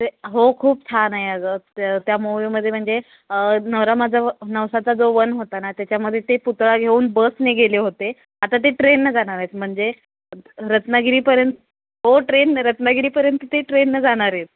ते हो खूप छान आहे अगं त त्या मूव्हीमध्ये म्हणजे नवरा माझा नवसाचा जो वन होता ना त्याच्यामध्ये ते पुतळा घेऊन बसने गेले होते आता ते ट्रेननं जाणार आहेत म्हणजे रत्नागिरीपर्यंत हो ट्रेनने रत्नागिरीपर्यंत ते ट्रेनने जाणार आहेत